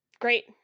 Great